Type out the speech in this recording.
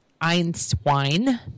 Einstein